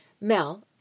Mel